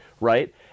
right